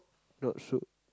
not so